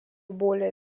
более